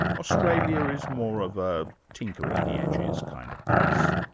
australia is more of a tinker-at-the-edges kind of place.